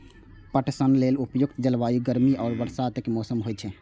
पटसन लेल उपयुक्त जलवायु गर्मी आ बरसातक मौसम होइ छै